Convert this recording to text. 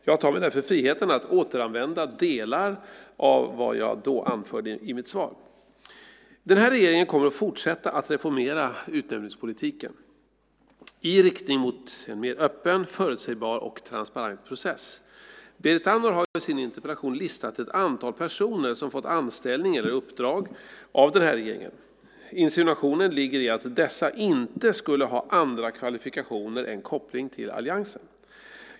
Jag tar mig därför friheten att återanvända delar av vad jag då anförde i mitt svar. Den här regeringen kommer att fortsätta att reformera utnämningspolitiken i riktning mot en mer öppen, förutsägbar och transparent process. Berit Andnor har i sin interpellation listat ett antal personer som fått anställning eller uppdrag av den här regeringen. Insinuationen ligger i att dessa inte skulle ha andra kvalifikationer än koppling till alliansen.